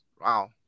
Wow